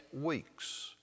weeks